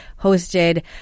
hosted